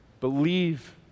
Believe